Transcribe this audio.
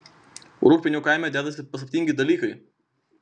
rūgpienių kaime dedasi paslaptingi dalykai